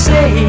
Say